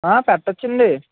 పెట్టొచ్చండి